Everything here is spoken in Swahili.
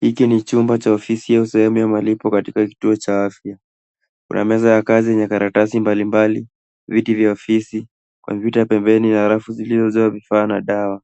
Hiki ni chumba cha ofisi au sehemu ya malipo katika kituo cha afya. Kuna meza ya kazi yenye karatasi mbalimbali, viti vya ofisi, kompyuta pembeni na rafu zilizojaa vifaa na dawa.